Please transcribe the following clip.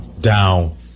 Down